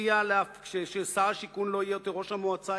הציע ששר השיכון לא יהיה יותר ראש המועצה,